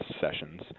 Sessions